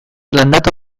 landatu